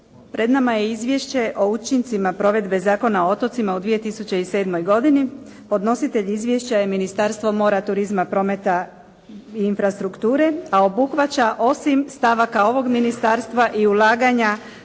Pred nama je izvješće o učincima o provedbi Zakona o otocima u 2007. godini. Podnositelj izvješća je Ministarstvo mora, turizma, prometa i infrastrukture, a obuhvaća osim stavaka ovoga ministarstva i ulaganja